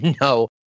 No